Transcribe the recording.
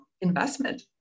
investment